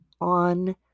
on